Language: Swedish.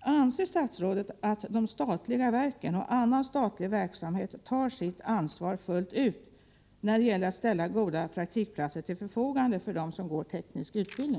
Anser statsrådet att de statliga verken och annan statlig verksamhet tar sitt ansvar fullt ut när det gäller att ställa goda praktikplatser till förfogande för dem som får teknisk undervisning?